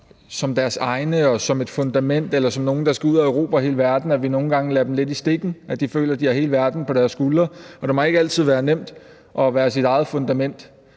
som deres eget fundament eller som nogle, der skal ud at erobre hele verden, at vi nogle gange lader dem lidt i stikken, og at de føler, at de har hele verden på deres skuldre. Og det må ikke altid være nemt at være sit eget fundament.